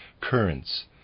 currents